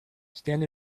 stand